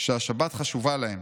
שהשבת חשובה להם,